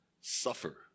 suffer